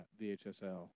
VHSL